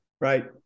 Right